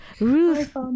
ruth